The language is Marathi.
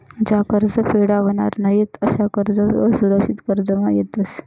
ज्या कर्ज फेडावनार नयीत अशा कर्ज असुरक्षित कर्जमा येतस